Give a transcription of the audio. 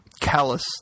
callous